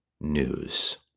news